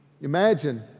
Imagine